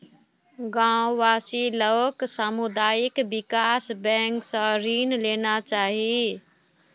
गांव वासि लाक सामुदायिक विकास बैंक स ऋण लेना चाहिए